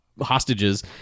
hostages